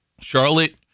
Charlotte